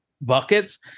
buckets